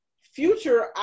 future